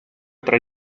tre